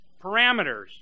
parameters